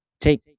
take